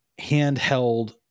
handheld